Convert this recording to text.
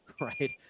right